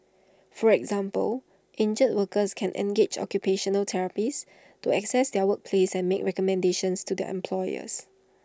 for example injured workers can engage occupational therapists to access their workplace and make recommendations to their employers